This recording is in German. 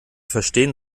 verstehen